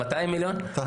200,000,000 ₪.